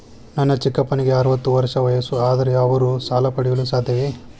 ನನ್ನ ಚಿಕ್ಕಪ್ಪನಿಗೆ ಅರವತ್ತು ವರ್ಷ ವಯಸ್ಸು, ಆದರೆ ಅವರು ಸಾಲ ಪಡೆಯಲು ಸಾಧ್ಯವೇ?